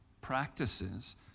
practices